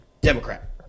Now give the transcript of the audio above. Democrat